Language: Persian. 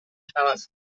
توسط